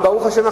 וברוך השם,